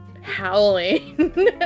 howling